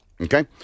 Okay